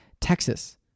Texas